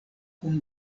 kun